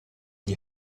gli